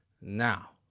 now